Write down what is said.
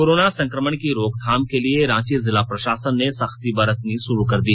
corona संक्रमण की रोकथाम के लिए रांची जिला प्रशासन ने सख्ती बरतनी शुरू कर दी